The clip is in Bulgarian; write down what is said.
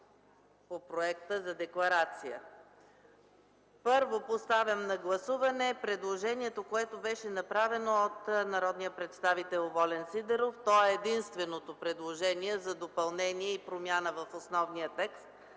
Първо, поставям на гласуване предложението, което беше направено от народния представител Волен Сидеров. То е единственото предложение за допълнение и промяна в основния текст